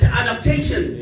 adaptation